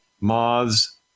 moths